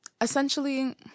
essentially